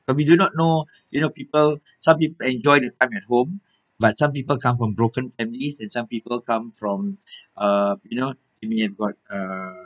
and we do not know you know people some people enjoy their time at home but some people come from broken families and some people come from ah you know and you have got uh